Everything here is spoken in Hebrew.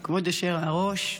כבוד היושב-ראש,